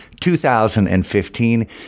2015